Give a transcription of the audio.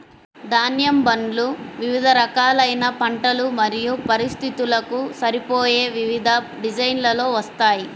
ధాన్యం బండ్లు వివిధ రకాలైన పంటలు మరియు పరిస్థితులకు సరిపోయే వివిధ డిజైన్లలో వస్తాయి